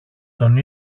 τον